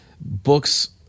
books